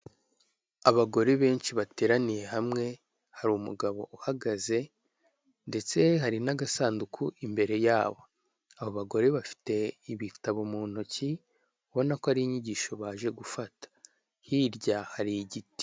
Abagore benshi bateraniye hamwe hari umugabo uhagaze ndetse hari n'agasanduku imbere yabo, abo bagore bafite ibitabo mu ntoki ubona ko ari inyigisho baje gufata hirya hari igiti.